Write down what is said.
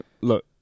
look